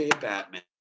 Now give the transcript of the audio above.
Batman